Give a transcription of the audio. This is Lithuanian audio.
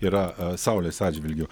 yra saulės atžvilgiu